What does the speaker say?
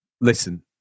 Listen